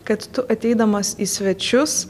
kad tu ateidamas į svečius